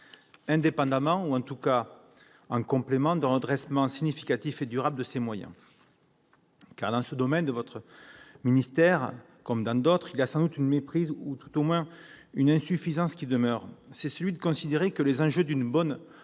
indépendamment ou, en tout cas, en complément d'un redressement significatif et durable de ses moyens. Dans ce domaine de votre ministère, comme dans d'autres, il y a sans doute une méprise ou tout au moins une insuffisance qui demeure et qui consiste à considérer les enjeux d'un bon